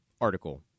article